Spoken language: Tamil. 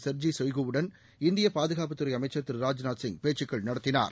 செர்ஜி சொய்கு வுடன் இந்திய பாதுகாப்புத்துறை அமைச்சர் திரு ராஜ்நாத் சிங் பேச்சுக்கள் நடத்தினார்